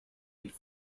eat